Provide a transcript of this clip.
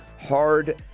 hard